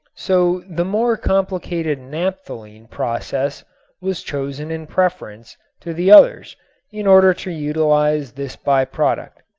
so the more complicated napthalene process was chosen in preference to the others in order to utilize this by-product.